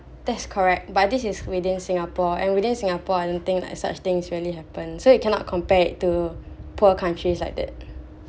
that's correct but this is within singapore and within singapore anything like such thing rarely happen so you cannot compare to poor countries like that